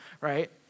right